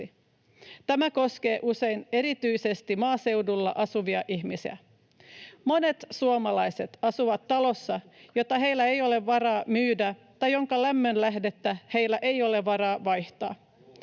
Tämä koskee usein erityisesti maaseudulla asuvia ihmisiä. Monet suomalaiset asuvat talossa, jota heillä ei ole varaa myydä tai jonka lämmönlähdettä heillä ei ole varaa vaihtaa.